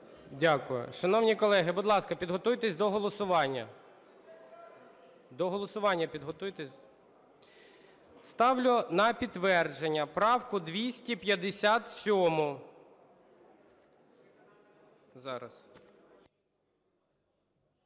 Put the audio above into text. Дякую. Шановні колеги, будь ласка, підготуйтесь до голосування. До голосування підготуйтесь. Ставлю на підтвердження правку 257. Зараз…